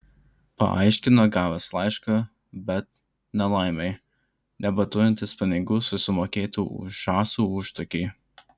paaiškino gavęs laišką bet nelaimei nebeturintis pinigų susimokėti už žąsų užtakį